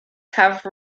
have